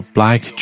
Black